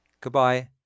Goodbye